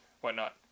whatnot